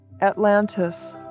Atlantis